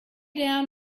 down